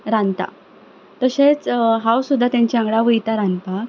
रांदता तशेंच हांव सुद्दां तेंचे वांगडा वयता रांदपाक